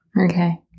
Okay